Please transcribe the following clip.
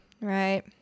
right